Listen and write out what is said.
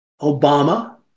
Obama